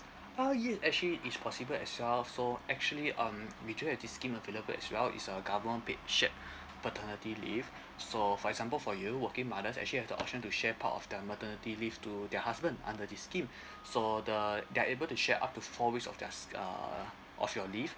ah yes actually it's possible as well so actually um we do have this scheme available as well it's a government paid shared paternity leave so for example for you working mothers actually have the option to share part of the maternity leave to their husband under this scheme so the they're able to share up to four weeks of just uh of your leave